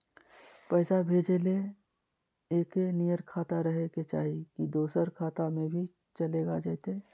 पैसा भेजे ले एके नियर खाता रहे के चाही की दोसर खाता में भी चलेगा जयते?